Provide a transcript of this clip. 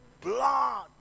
blood